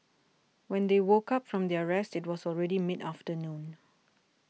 when they woke up from their rest it was already mid afternoon